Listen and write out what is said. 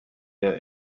der